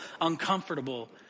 uncomfortable